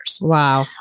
Wow